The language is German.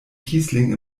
kießling